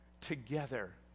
together